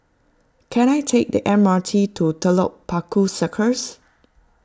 can I take the M R T to Telok Paku Circus